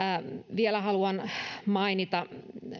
vielä haluan mainita